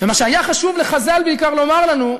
ומה שהיה חשוב לחז"ל, בעיקר, לומר לנו,